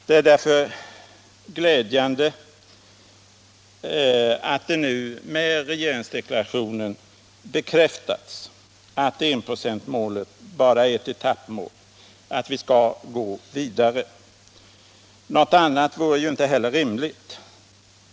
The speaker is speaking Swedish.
Det är därför glädjande att det nu med regeringsdeklarationen bekräftats att enprocentsmålet bara är ett etappmål, att vi skall gå vidare. Något annat vore ju inte heller rimligt.